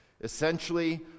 Essentially